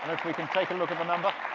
we can take a look at the number.